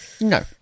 No